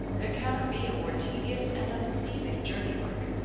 there cannot be a more tedious and unpleasing journey-work,